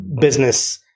business